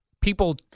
people